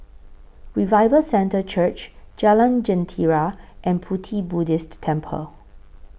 Revival Centre Church Jalan Jentera and Pu Ti Buddhist Temple